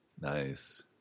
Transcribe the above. Nice